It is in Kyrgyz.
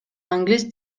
англис